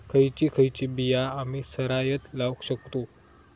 खयची खयची बिया आम्ही सरायत लावक शकतु?